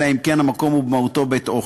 אלא אם כן המקום הוא במהותו בית-אוכל.